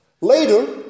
Later